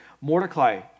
Mordecai